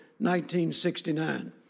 1969